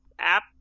app